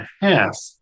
half